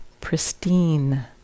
pristine